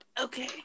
Okay